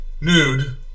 nude